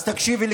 אז תקשיבי לי,